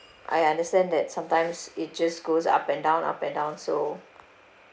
I understand that sometimes it just goes up and down up and down so